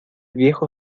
viejo